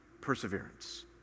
perseverance